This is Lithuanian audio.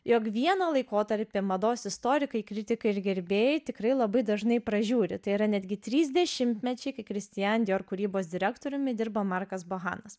jog vieną laikotarpį mados istorikai kritikai ir gerbėjai tikrai labai dažnai pražiūri tai yra netgi trys dešimtmečiai kai kristian dior kūrybos direktoriumi dirba markas bohanas